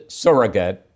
surrogate